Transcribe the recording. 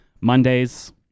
mondays